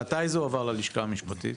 מתי זה עובר ללשכה המשפטית?